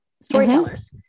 storytellers